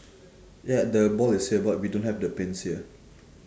ya the ball is here but we don't have the pins here